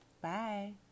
Bye